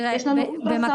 יש לנו אולטרסאונד בכל